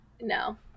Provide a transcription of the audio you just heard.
no